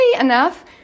enough